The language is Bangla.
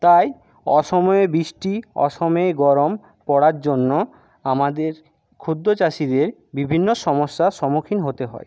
তাই অসময়ে বৃষ্টি অসমে গরম পড়ার জন্য আমাদের ক্ষুদ্র চাষিদের বিভিন্ন সমস্যার সমুখীন হতে হয়